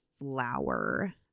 flower